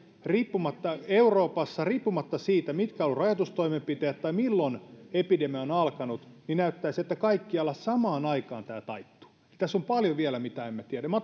euroopassa riippumatta siitä mitkä ovat olleet rajoitustoimenpiteet tai milloin epidemia on alkanut näyttäisi että kaikkialla samaan aikaan tämä taittuu tässä on vielä paljon mitä emme tiedä minä